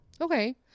Okay